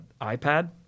iPad